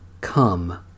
Come